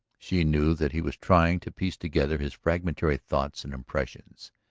she knew that he was trying to piece together his fragmentary thoughts and impressions,